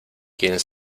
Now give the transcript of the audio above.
quien